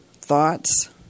thoughts